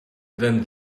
then